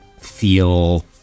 feel